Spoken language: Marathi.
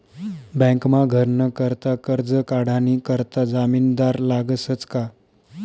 बँकमा घरनं करता करजं काढानी करता जामिनदार लागसच का